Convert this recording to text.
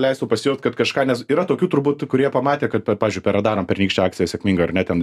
leistų pasijaust kad kažką nes yra tokių turbūt tų kurie pamatė kad per pavyzdžiui per radarom pernykštė akcija sėkminga ar ne ten